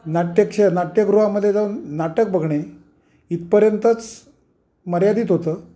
नाट्यक्ष नाट्यगृहामध्ये जाऊन नाटक बघणे इथपर्यंतच मर्यादित होतं